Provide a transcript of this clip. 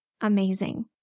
amazing